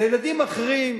הילדים האחרים,